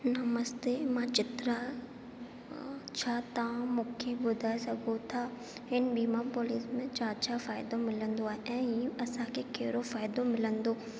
नमस्ते मां चित्रा छा तव्हां मूंखे ॿुधाए सघो था हिन बीमा पॉलिसी में छा छा फ़ाइदो मिलंदो आहे ऐं हीअं असांखे कहिड़ो फ़ाइदो मिलंदो